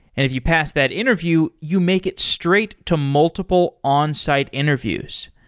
if you pass that interview, you make it straight to multiple on-site interviews.